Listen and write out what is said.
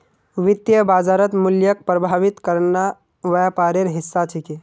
वित्तीय बाजारत मूल्यक प्रभावित करना व्यापारेर हिस्सा छिके